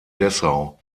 dessau